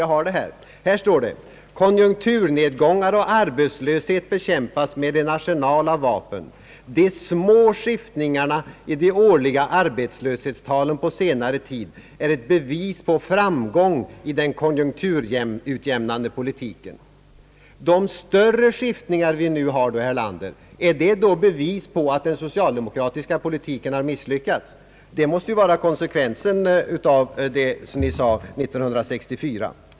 Jag har det här och där står det: »Konjunkturnedgångar och arbetslöshet bekämpas med en arsenal av vapen. De små skiftningarna i de årliga arbetslöshetstalen på senare tid är ett bevis på framgång i den konjunkturutjämnande politiken.» Är då de större skiftningar vi nu har, herr Erlander, bevis på att den socialdemokratiska politiken har misslyckats? Det måste vara konsekvensen av vad ni sade 1964.